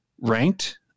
ranked